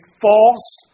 false